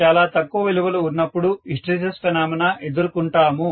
చాలా తక్కువ విలువలు ఉన్నపుడు హిస్టెరిసిస్ ఫినామినా ఎదుర్కొంటాము